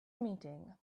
meeting